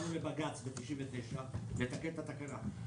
עתרנו לבג"ץ ב-99' לתקן את התקנה.